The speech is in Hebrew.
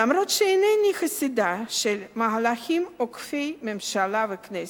למרות שאינני חסידה של מהלכים עוקפי ממשלה וכנסת,